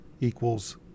equals